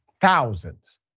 thousands